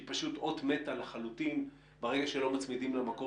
שהיא פשוט אות מתה לחלוטין ברגע שלא מצמידים לה מקור